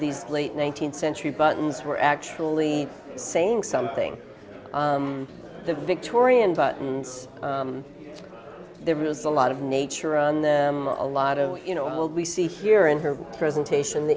these late nineteenth century buttons were actually saying something the victorian buttons there was a lot of nature and a lot of you know old we see here in her presentation